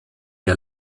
der